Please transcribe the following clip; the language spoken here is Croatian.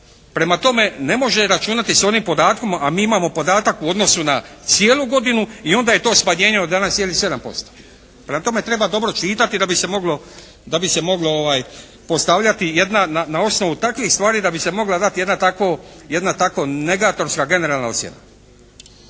Prema tome, ne može računati sa onim podatkom, a mi imamo podatak u odnosu na cijelu godinu i onda je to smanjenje od 11,7%. Prema tome, treba dobro čitati da bi se moglo postavljati jedna na osnovu takvih stvari, da bi se mogla dati jedna tako negatorska, generalna ocjena.